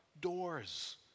doors